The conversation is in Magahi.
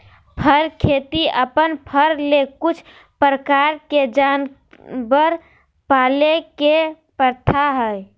फर खेती अपन फर ले कुछ प्रकार के जानवर पाले के प्रथा हइ